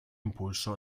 impulso